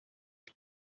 que